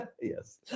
Yes